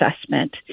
assessment